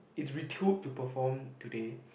it's to perform today